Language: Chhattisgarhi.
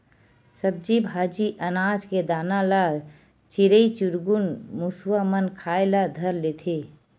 सब्जी भाजी, अनाज के दाना ल चिरई चिरगुन, मुसवा मन खाए ल धर लेथे